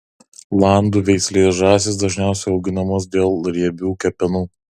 landų veislės žąsys dažniausiai auginamos dėl riebių kepenų